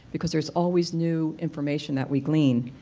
because there is always new information that we glean.